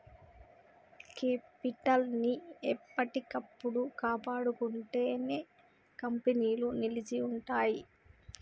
capital ని ఎప్పటికప్పుడు కాపాడుకుంటేనే కంపెనీలు నిలిచి ఉంటయ్యి